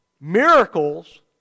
Miracles